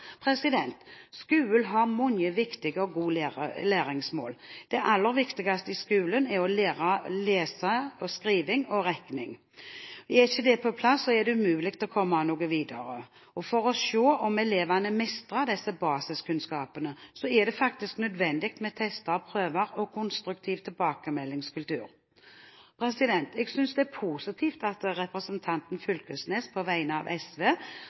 mange viktige og gode læringsmål. Det aller viktigste i skolen er å lære lesing, skriving og regning. Er ikke det på plass, er det umulig å komme noe videre. For å se om elevene mestrer disse basiskunnskapene, er det faktisk nødvendig med tester, prøver og en konstruktiv tilbakemeldingskultur. Jeg synes det er positivt at representanten Knag Fylkesnes på vegne av SV,